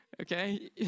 okay